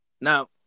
Now